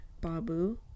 Babu